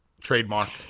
trademark